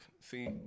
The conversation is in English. See